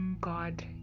God